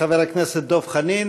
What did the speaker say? לחבר הכנסת דב חנין.